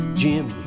jim